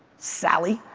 sally.